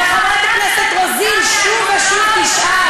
וחברת הכנסת רוזין שוב ושוב תשאל: